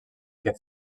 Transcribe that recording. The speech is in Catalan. que